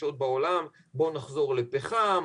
דרישות בעולם לחזור לפחם,